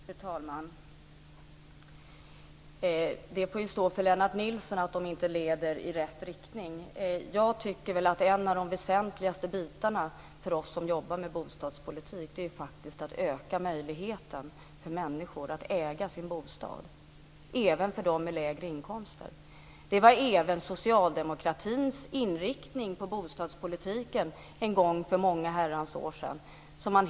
Fru talman! Det får stå för Lennart Nilsson att de inte leder i rätt riktning. En av de väsentligaste bitarna för oss som jobbar med bostadspolitik är att öka möjligheten för människor att äga sin bostad. Det gäller även dem med lägre inkomster. Det var även socialdemokraternas inriktning i bostadspolitiken en gång för många Herrans år sedan.